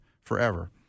forever